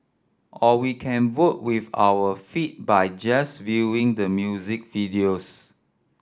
or we can vote with our feet by just viewing the music videos